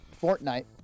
Fortnite